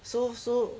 so so